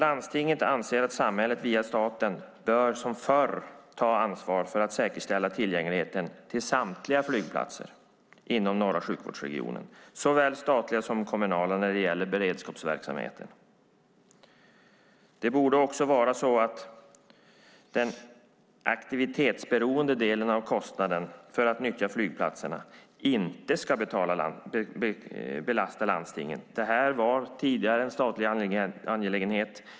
Landstinget anser att samhället via staten bör som förr ta ansvar för att säkerställa tillgängligheten till samtliga flygplatser inom norra sjukvårdsregionen såväl statliga som kommunala när det gäller beredskapsverksamheten. Det borde också vara så att den aktivitetsberoende delen av kostnaden för att nyttja flytplatserna inte ska belasta landstingen. Detta var tidigare en statlig angelägenhet.